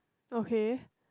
okay